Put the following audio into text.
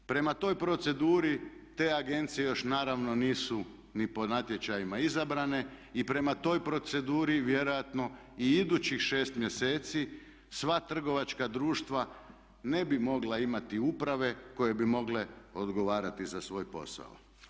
Prema toj proceduri te agencije još naravno nisu ni po natječajima izabrane i prema toj proceduri vjerojatno i idućih 6 mjeseci sva trgovačka društva ne bi mogla imati uprave koje bi mogle odgovarati za svoj posao.